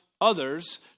others